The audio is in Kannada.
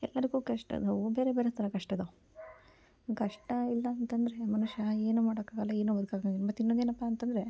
ಎಲ್ಲರಿಗೂ ಕಷ್ಟ ನೋವು ಬೇರೆ ಬೇರೆ ಥರ ಕಷ್ಟ ಇದಾವೆ ಕಷ್ಟ ಇಲ್ಲ ಅಂತಂದರೆ ಮನುಷ್ಯ ಏನೂ ಮಾಡೋಕ್ಕಾಗಲ್ಲ ಏನೂ ಬದ್ಕೋಕಾಗಲ್ಲ ಮತ್ತು ಇನ್ನೊಂದೇನಪ್ಪ ಅಂತಂದರೆ